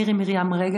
מירי מרים רגב,